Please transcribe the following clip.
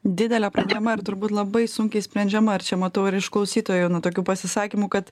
didelė problema ir turbūt labai sunkiai sprendžiama ir čia matau ir iš klausytojų nu tokių pasisakymų kad